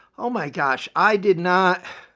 oh my gosh, i did not.